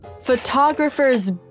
Photographers